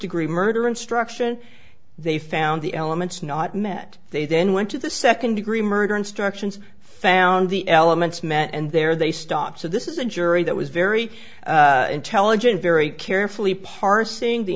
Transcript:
degree murder instruction they found the elements not met they then went to the second degree murder instructions found the elements met and there they stopped so this is a jury that was very intelligent very carefully parsing the